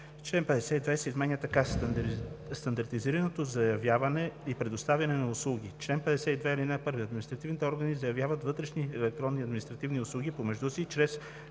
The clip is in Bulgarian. Член 52 се изменя така: Стандартизирано заявяване и предоставяне на услуги „Чл. 52. (1) Административните органи заявяват вътрешни електронни административни услуги помежду си чрез